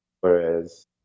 Whereas